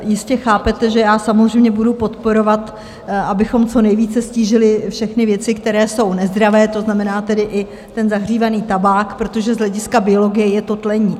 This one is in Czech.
Jistě chápete, že samozřejmě budu podporovat, abychom co nejvíce ztížili všechny věci, které jsou nezdravé, to znamená tedy i ten zahřívaný tabák, protože z hlediska biologie je to tlení.